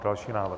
Další návrh.